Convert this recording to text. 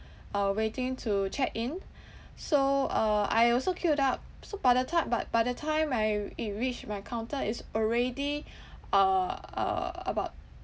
uh waiting to check in so uh I also queued up so by the time but by the time I it reach my counter is already uh uh about